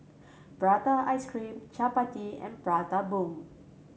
Prata ice cream Chappati and Prata Bomb